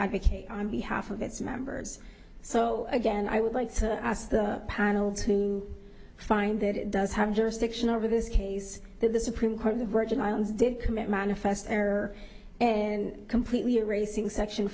advocate on behalf of its members so again i would like to ask the panel to find that it does have jurisdiction over this case that the supreme court of the virgin islands did commit manifest error and completely erasing section